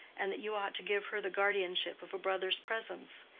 and that you ought to give her the guardianship of a brother's presence.